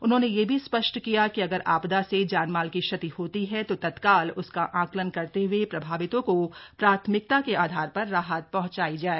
उन्होंने यह भी स्पष्ट किया कि अगर आपदा से जान माल की क्षति होती है तो तत्काल उसका आंकलन करते हुए प्रभावितों को प्राथमिकता के आधार पर राहत पहुंचाई जाए